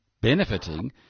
benefiting